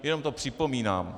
Jenom to připomínám.